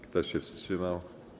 Kto się wstrzymał?